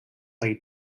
laid